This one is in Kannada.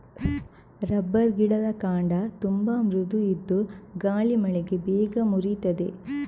ರಬ್ಬರ್ ಗಿಡದ ಕಾಂಡ ತುಂಬಾ ಮೃದು ಇದ್ದು ಗಾಳಿ ಮಳೆಗೆ ಬೇಗ ಮುರೀತದೆ